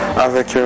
avec